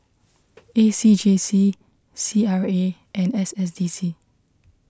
A C J C C R A and S S D C